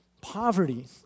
Poverty